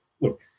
look